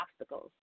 obstacles